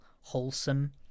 wholesome